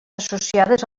associades